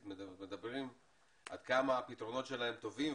אומרים עד כמה הפתרונות שלהם טובים,